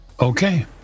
Okay